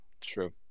True